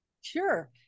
Sure